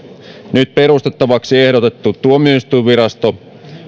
nyt perustettavaksi ehdotettu tuomioistuinvirasto